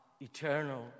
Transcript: eternal